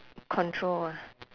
control ah